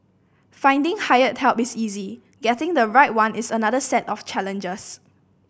finding hired help is easy getting the right one is another set of challenges